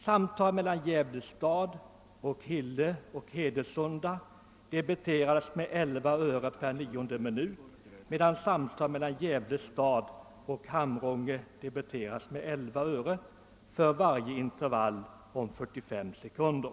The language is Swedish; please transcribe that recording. Samtal mellan Gävle stad, Hille och Hedesunda debiteras med 11 öre per nionde minut medan samtal mellan Gävle stad och Hamrånge debiteras med 11 öre för varje intervall om 45 sekunder.